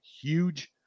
huge